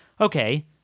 okay